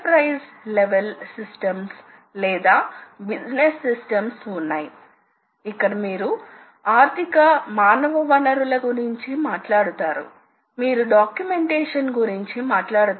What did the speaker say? ఈ డ్రైవ్ లు సాధారణంగా సర్వో మోటార్ డ్రైవ్ లు ఎందుకంటే మీకు ఖచ్చితమైన చలన నియంత్రణ ఉండాలి మరియు మీకు మంచి ట్రాన్సియెంట్ ప్రతిస్పందన ఉండాలి